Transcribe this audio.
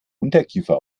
unterkiefer